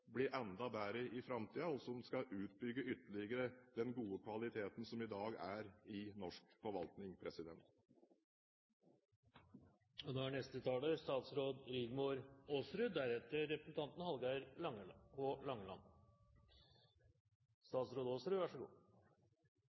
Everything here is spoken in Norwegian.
blir enda bedre i framtiden, og som skal utbygge ytterligere den gode kvaliteten som i dag er i norsk forvaltning.